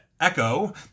Echo